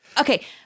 Okay